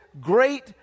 great